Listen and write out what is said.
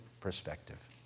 perspective